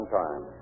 time